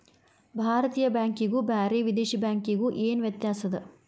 ಭಾರತೇಯ ಬ್ಯಾಂಕಿಗು ಬ್ಯಾರೆ ವಿದೇಶಿ ಬ್ಯಾಂಕಿಗು ಏನ ವ್ಯತ್ಯಾಸದ?